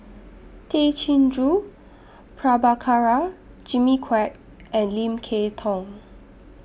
Tay Chin Joo Prabhakara Jimmy Quek and Lim Kay Tong